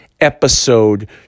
episode